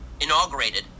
inaugurated